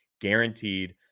guaranteed